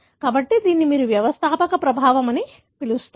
కాబట్టి దీనిని మీరు వ్యవస్థాపక ప్రభావం అని పిలుస్తారు